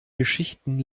geschichten